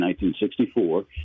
1964